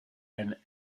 and